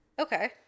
Okay